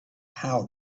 how